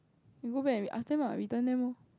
you go back and we ask them lah return them loh